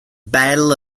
battle